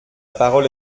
parole